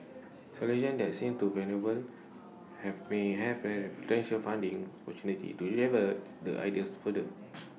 solutions that seen to viable have may have very potential funding opportunities to the ideas further